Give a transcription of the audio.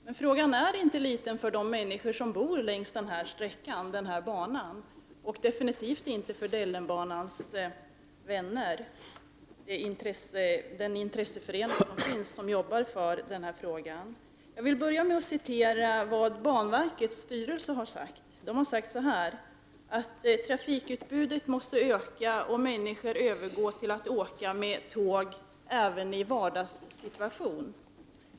Men frågan är inte ringa för de människor som bor längs Dellenbanan och absolut inte för föreningen Dellenbanans vänner, en intresseförening som jobbar med denna fråga. Från banverkets styrelse har man sagt följande: Trafikutbudet måste öka och människor måste övergå till att åka med tågen även i en vardagssituation.